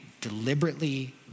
deliberately